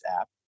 app